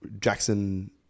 Jackson